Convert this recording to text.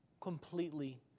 completely